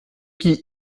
qui